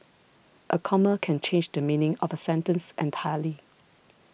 a comma can change the meaning of a sentence entirely